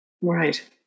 Right